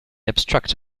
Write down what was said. abstract